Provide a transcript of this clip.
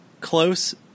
close